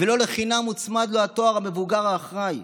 ולא לחינם הוצמד לו התואר "המבוגר האחראי".